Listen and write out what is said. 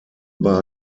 über